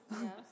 Yes